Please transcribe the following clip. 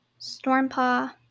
Stormpaw